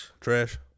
Trash